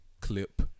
clip